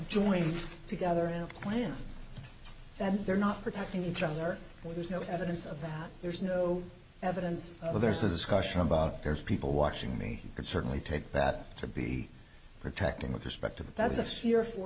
joined together in a plan that they're not protecting each other there's no evidence of that there's no evidence but there's a discussion about there's people watching me can certainly take that to be protecting with respect to the bad is a fear for